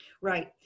right